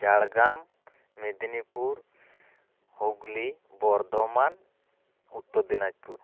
Jhargram Medinipur Hooghly Bardhaman Uttar Dinajpur